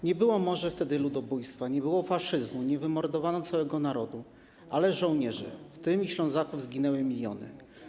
Nie było może wtedy ludobójstwa, nie było faszyzmu, nie wymordowano całego narodu, ale żołnierzy - w tym Ślązaków - zginęły miliony.